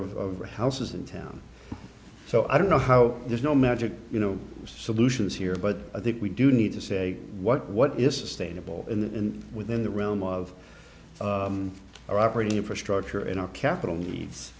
the houses in town so i don't know how there's no magic you know solutions here but i think we do need to say what what is sustainable and within the realm of our operating infrastructure in our capital needs